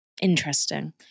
Interesting